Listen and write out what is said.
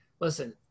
listen